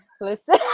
listen